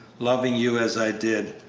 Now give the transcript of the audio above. loving you as i did.